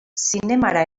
zinemara